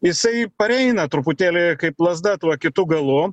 jisai pareina truputėlį kaip lazda tuo kitu galu